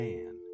Man